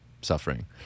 suffering